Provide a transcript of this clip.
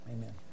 amen